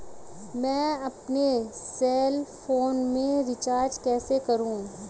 मैं अपने cell phone में रिचार्ज कैसे करूँ?